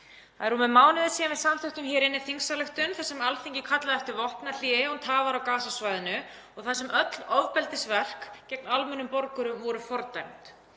Það er rúmur mánuður síðan við samþykktum hér inni þingsályktun þar sem Alþingi kallaði eftir vopnahléi án tafar á Gaza-svæðinu og þar sem öll ofbeldisverk gegn almennum borgurum voru fordæmd.